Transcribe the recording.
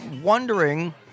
wondering